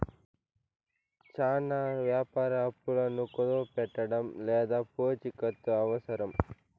చానా వ్యాపార అప్పులను కుదవపెట్టడం లేదా పూచికత్తు అవసరం